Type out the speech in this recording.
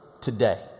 today